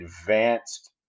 advanced